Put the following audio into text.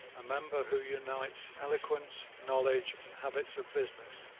a member who unites eloquence, knowledge, and habits of business,